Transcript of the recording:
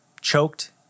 choked